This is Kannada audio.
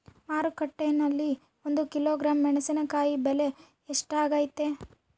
ಮಾರುಕಟ್ಟೆನಲ್ಲಿ ಒಂದು ಕಿಲೋಗ್ರಾಂ ಮೆಣಸಿನಕಾಯಿ ಬೆಲೆ ಎಷ್ಟಾಗೈತೆ?